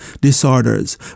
disorders